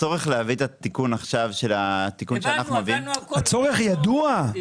הצורך להביא את התיקון עכשיו --- הצורך ידוע.